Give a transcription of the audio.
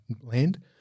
land